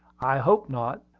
i hope not.